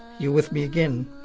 you're with me again.